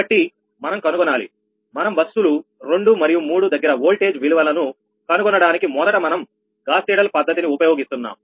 కాబట్టి మనం కనుగొనాలి మనం బస్సులు రెండు మరియు మూడు దగ్గర వోల్టేజ్ విలువలను కనుగొనడానికి మొదట మనం గాస్ సీడెల్ పద్ధతిని ఉపయోగిస్తున్నాం